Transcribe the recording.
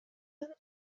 ага